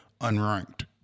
unranked